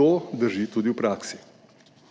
To drži tudi v praksi.